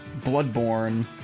Bloodborne